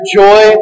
joy